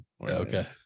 Okay